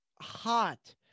hot